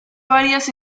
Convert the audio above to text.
varias